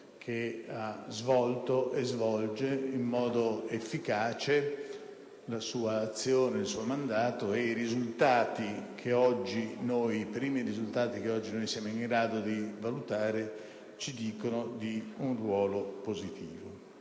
ha svolto e svolge in modo efficace la sua azione e il suo mandato; i primi risultati che oggi siamo in grado di valutare ci indicano il suo ruolo positivo.